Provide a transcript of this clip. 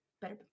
Better